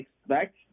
expect